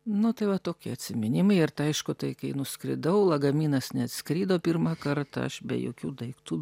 nu tai va tokie atsiminimai ir tai aišku tai kai nuskridau lagaminas neatskrido pirmą kartą aš be jokių daiktų